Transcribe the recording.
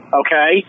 okay